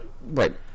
Right